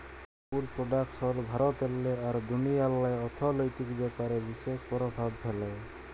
would production ভারতেল্লে আর দুনিয়াল্লে অথ্থলৈতিক ব্যাপারে বিশেষ পরভাব ফ্যালে